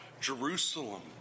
Jerusalem